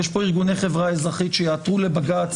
יש פה ארגוני חברה אזרחית שיעתרו לבג"ץ